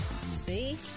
See